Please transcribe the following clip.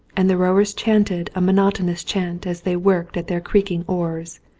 and the rowers chanted a mo notonous chant as they worked at their creaking oars.